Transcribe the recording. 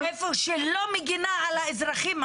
איפה שלא מגינה על האזרחים,